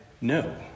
no